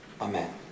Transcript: Amen